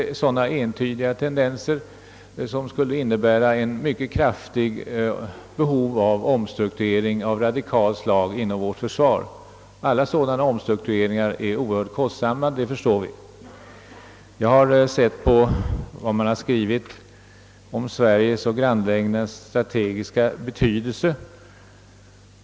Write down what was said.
Några entydiga tendenser som tyder på något behov av en radikal omstrukturering av vårt försvar redovisas inte. Alla sådana omstruktureringar är oerhört kostsamma, det förstår vi. Jag har också i denna bok läst vad som där skrivits om Sveriges och grannländernas strategiska betydelse.